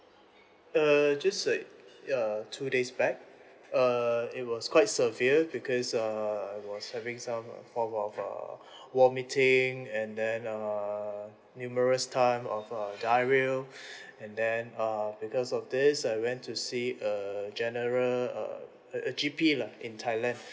err just like uh two days back err it was quite severe because uh I was having some form of uh vomiting and then err numerous time of uh diarrhoea and then uh because of this I went to see a general uh a a G_P lah in thailand